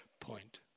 point